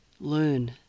learn